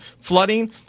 flooding